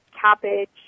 cabbage